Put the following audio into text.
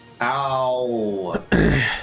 ow